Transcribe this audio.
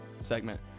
segment